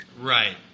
Right